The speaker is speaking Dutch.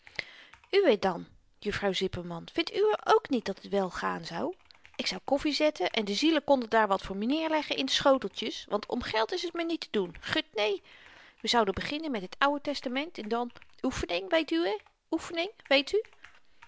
uwé dan juffrouw zipperman vindt uwé ook niet dat t wel gaan zou ik zou koffi zetten en de zielen konden daar wat voor neerleggen in de schoteltjes want om geld is t me niet te doen gut né we zouden beginnen met t ouwe testament en dan oefening weet uwé oefening weet u